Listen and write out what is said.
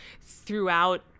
throughout